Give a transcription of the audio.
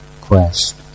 quest